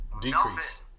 Decrease